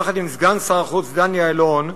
יחד עם סגן שר החוץ דני אילון,